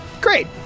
Great